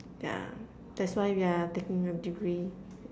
yeah that's why we're taking a degree